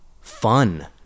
fun